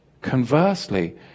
conversely